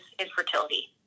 infertility